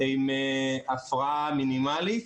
עם הפרעה מינימלית.